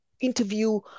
interview